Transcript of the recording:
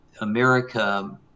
America